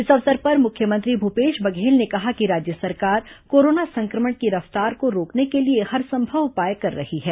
इस अवसर पर मुख्यमंत्री भूपेश बघेल ने कहा कि राज्य सरकार कोरोना संक्रमण की रफ्तार को रोकने के लिए हरसंभव उपाय कर रही है